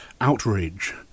Outrage